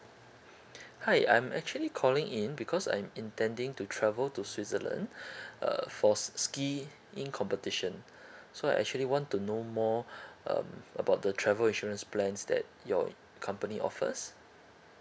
hi I'm actually calling in because I'm intending to travel to switzerland uh for skiing competition so I actually want to know more um about the travel insurance plans that your company offers